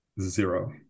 Zero